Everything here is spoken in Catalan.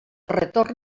retorn